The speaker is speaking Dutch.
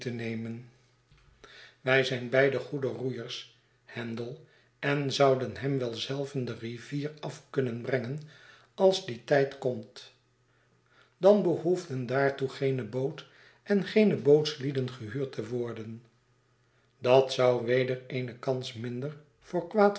nemen wij zijn beide goede roeiers handel en zouden hem wel zelven de rivier af kunnen brengen als die tijd komt dan behoefden daartoe geene boot en geene bootslieden gehuurd te worden dat zou weder eene kans minder voor kwaad